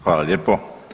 Hvala lijepo.